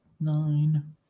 Nine